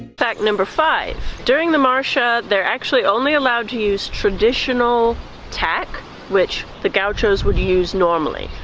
fact number five during the marcha, they're actually only allowed to use traditional tack which the gauchos would use normally.